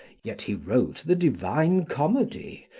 yet he wrote the divine comedy,